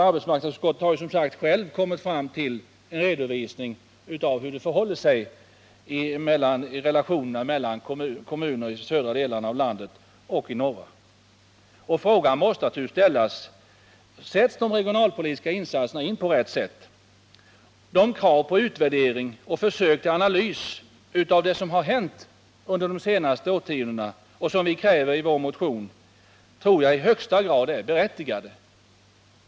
Arbetsmarknadsutskottet har som sagt självt redovisat hur relationerna är mellan kommuner i södra resp. norra delarna av landet. Följande fråga måste naturligtvis ställas: Sätts de regionalpolitiska åtgärderna in på rätt sätt? Kraven i vår motion på utvärdering och försök till analys av det som har hänt under de senaste årtiondena tror jag i högsta grad är berättigade.